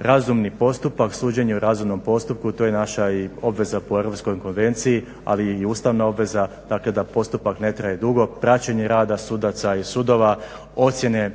Razumni postupak, suđenje u razornom postupku to je naša i obveza po europskoj konvenciji ali i ustavna obveza dakle da postupak ne traje dugo, praćenje rada sudaca i sudova, ocijene.